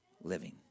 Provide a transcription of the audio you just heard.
living